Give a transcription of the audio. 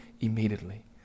immediately